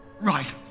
Right